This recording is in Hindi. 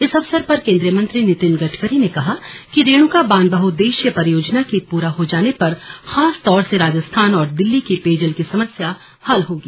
इस अवंसर पर केंद्रीय मंत्री नितिन गडकरी ने कहा कि रेणुका बांध बहुउद्देशीय परियोजना के पूरा हो जाने पर खासतौर से राजस्थान और दिल्ली की पेयजल की समस्या हल होगी